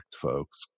folks